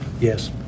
Yes